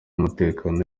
umutekano